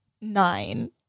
Nine